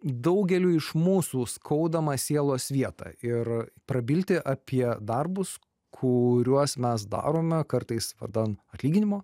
daugeliui iš mūsų skaudamą sielos vietą ir prabilti apie darbus kuriuos mes darome kartais vardan atlyginimo